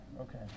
Okay